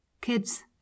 Kids